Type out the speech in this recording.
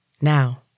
Now